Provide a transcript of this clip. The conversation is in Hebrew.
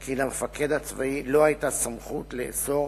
כי למפקד הצבאי לא היתה סמכות לאסור